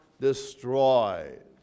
destroyed